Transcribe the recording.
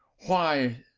why,